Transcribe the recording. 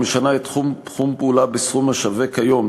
המשנה את תחום הפעולה בסכום השווה כיום,